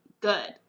good